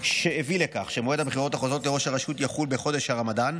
שהביא לכך שמועד הבחירות החוזרות לראש הרשות יחול בחודש הרמדאן,